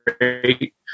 great